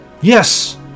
Yes